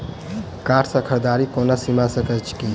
Card सँ खरीददारीक कोनो सीमा छैक की?